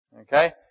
Okay